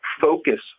focus